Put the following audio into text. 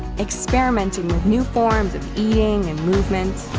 experimenting with new forms of eating and movement,